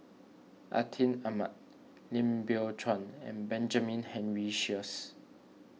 Atin Amat Lim Biow Chuan and Benjamin Henry Sheares